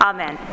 Amen